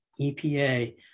EPA